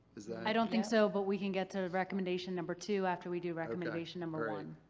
i don't think so, but we can get to recommendation number two after we do recommendation number one.